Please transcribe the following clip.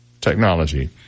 technology